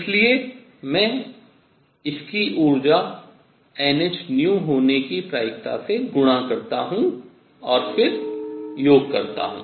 इसलिए मैं इसकी ऊर्जा nhν होने की प्रायिकता से गुणा करता हूँ और फिर योग करता हूँ